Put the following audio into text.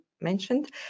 mentioned